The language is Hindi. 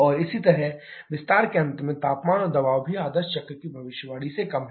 और इसी तरह विस्तार के अंत में तापमान और दबाव भी आदर्श चक्र की भविष्यवाणी से कम है